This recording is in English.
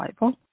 Bible